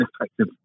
effective